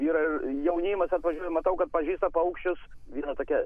ir jaunimas atvažiuoja matau kad pažįsta paukščius viena tokia